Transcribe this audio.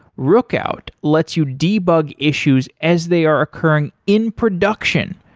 rookout lets you debug issues as they are occurring in production.